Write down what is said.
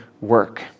work